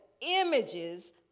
images